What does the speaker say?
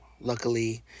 luckily